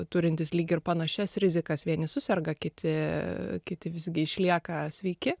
turintys lyg ir panašias rizikas vieni suserga kiti kiti visgi išlieka sveiki